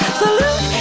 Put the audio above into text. salute